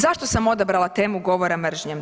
Zašto sam odabrala temu govora mržnje?